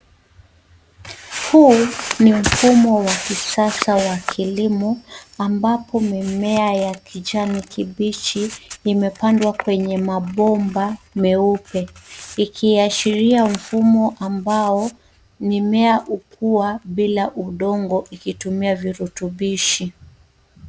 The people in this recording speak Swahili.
Huu ni mfumo wa kisasa wa kilimo, ambapo mimea ya kijani kibichi imepandwa kwenye mabomba meupe, ikiashiria mfumo ambao mimea hukua bila udongo ikitumia virutubishi.